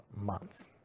months